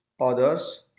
others